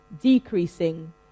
decreasing